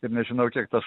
ir nežinau kiek tas